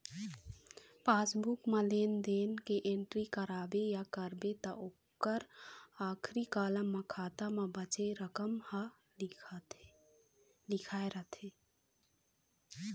passbook म लेन देन के एंटरी कराबे या करबे त ओखर आखरी कालम म खाता म बाचे रकम ह लिखाए रहिथे